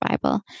Bible